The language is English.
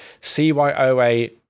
cyoa